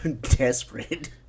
desperate